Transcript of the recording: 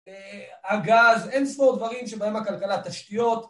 הגז, אינסטור דברים שבהם הכלכלה תשתיות